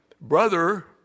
Brother